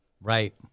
Right